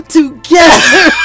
together